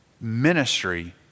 Ministry